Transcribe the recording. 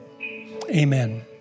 amen